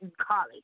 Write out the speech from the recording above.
college